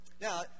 Now